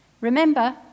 Remember